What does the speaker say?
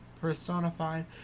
personified